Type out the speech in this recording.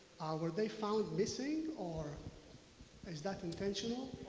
were they found missing or is that intentional?